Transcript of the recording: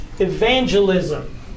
Evangelism